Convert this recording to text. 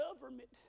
government